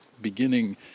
beginning